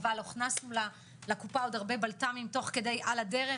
אך הוכנה לקופה עוד הרבה בלת"מים על הדרך,